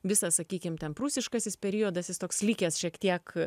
visa sakykim ten prūsiškasis periodas jis toks likęs šiek tiek